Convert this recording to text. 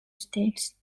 states